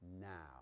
now